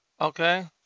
okay